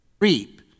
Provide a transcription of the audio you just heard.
reap